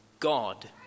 God